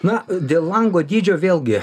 na dėl lango dydžio vėlgi